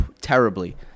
terribly